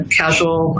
casual